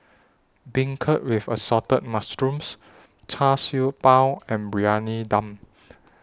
Beancurd with Assorted Mushrooms Char Siew Bao and Briyani Dum